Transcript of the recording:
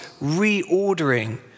reordering